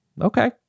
okay